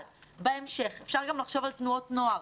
אבל בהמשך אפשר גם לחשוב על תנועות נוער,